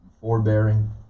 forbearing